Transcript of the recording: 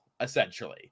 essentially